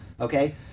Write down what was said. okay